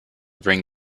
bring